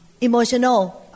emotional